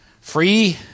free